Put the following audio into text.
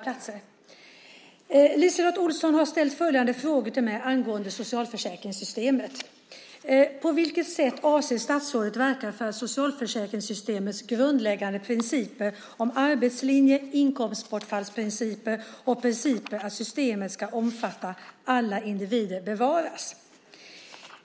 talman! LiseLotte Olsson har ställt följande frågor till mig angående socialförsäkringssystemet: 1. På vilket sätt avser statsrådet att verka för att socialförsäkringssystemets grundläggande principer om arbetslinjen, inkomstbortfallsprincipen och principen att systemet ska omfatta alla individer bevaras? 2.